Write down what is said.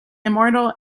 immortal